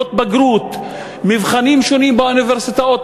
בחינות בגרות ומבחנים שונים באוניברסיטאות,